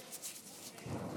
נושא האי-אמון שלנו הוא כישלונו